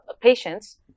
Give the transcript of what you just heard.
patients